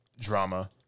drama